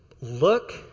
Look